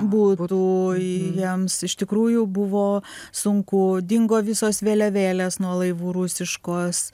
butų jiems iš tikrųjų buvo sunku dingo visos vėliavėlės nuo laivų rusiškos